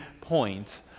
point